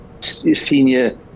senior